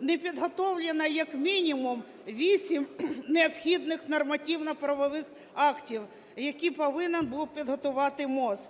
Не підготовлено як мінімум 8 необхідних нормативно-правових актів, які повинен був підготувати МОЗ.